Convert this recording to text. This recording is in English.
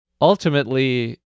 ultimately